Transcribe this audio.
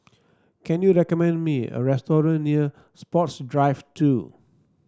can you recommend me a restaurant near Sports Drive Two